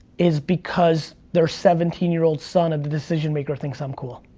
is because their seventeen year old son of the decision-maker thinks i'm cool.